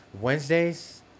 Wednesdays